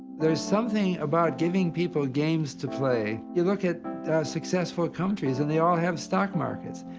there's something about giving people games to play. you look at successful countries and they all have stock markets,